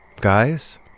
guys